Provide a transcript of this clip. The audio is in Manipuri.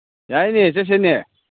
ꯌꯥꯏꯅꯦ ꯆꯠꯁꯤꯅꯦ